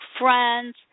friends